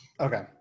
Okay